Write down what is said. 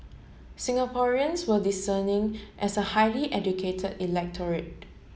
Singaporeans were discerning as a highly educated electorate